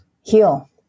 heal